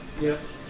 Yes